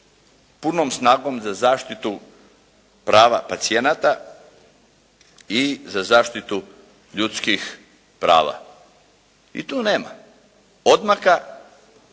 punom snagom za zaštitu prava pacijenata i za zaštitu ljudskih prava. I tu nema odmaka,